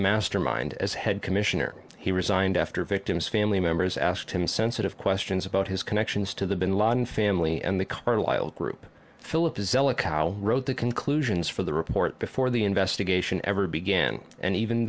mastermind as head commissioner he resigned after victims family members asked him sensitive questions about his connections to the bin laden family and the carlyle group philip zelikow wrote the conclusions for the report before the investigation ever began and even